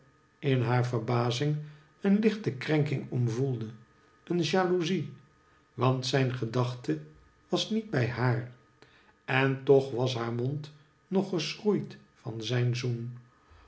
in haar verbazing een lichte krenking om voelde een jalouzie want zijn gedachte was niet bij haar en toch was haar mond nog geschroeid van zijn zoen